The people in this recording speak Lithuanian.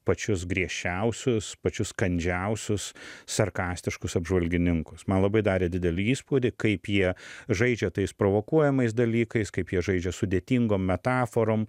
pačius griežčiausius pačius kandžiausius sarkastiškus apžvalgininkus man labai darė didelį įspūdį kaip jie žaidžia tais provokuojamais dalykais kaip jie žaidžia sudėtingom metaforom